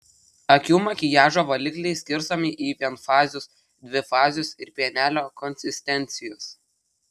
akių makiažo valikliai skirstomi į vienfazius dvifazius ir pienelio konsistencijos